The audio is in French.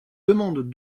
demande